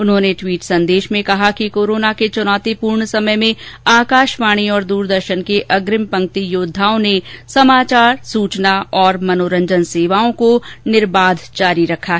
उन्होंने ट्विट संदेश में कहा कि कोरोना के चुनौतीपूर्ण समय में आकाशवाणी और द्रदर्शन के अग्रिम पंक्ति योद्धाओं ने समाचार सूचना और मनोरंजन सेवाओं को निर्बाध जारी रखा है